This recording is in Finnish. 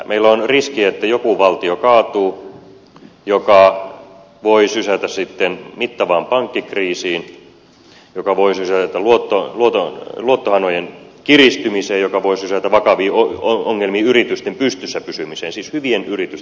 meillä on riski että joku valtio kaatuu mikä voi sysätä sitten mittavaan pankkikriisiin mikä voi sysätä luottohanojen kiristymiseen mikä voi sysätä vakaviin ongelmiin yritysten pystyssä pysymisessä siis hyvien yritysten pystyssä pysymisessä